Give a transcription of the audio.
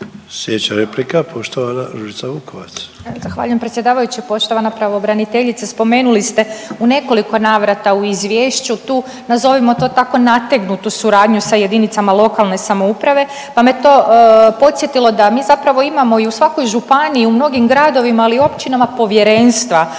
Sljedeća replika, poštovana Ružica Vukovac.